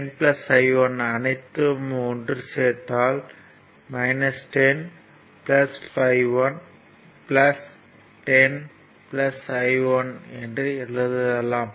10 I 1 அனைத்தும் ஒன்று சேர்த்தால் 10 5 I1 10 I1 என்று எழுதலாம்